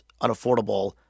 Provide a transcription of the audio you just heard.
unaffordable